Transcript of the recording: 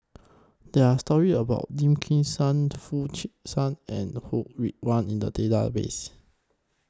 There Are stories about Lim Kim San Foo Chee San and Ho Rih Hwa in The Database